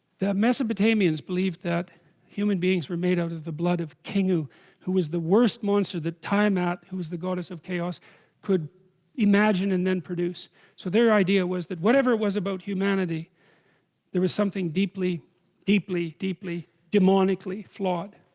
the mesopotamians believed that human beings, were made out of the blood of king knew who was the worst monster the time out who? was the goddess of chaos could imagine and then produce so their idea? was that whatever was about humanity there was something deeply deeply deeply? demonically flawed